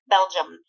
Belgium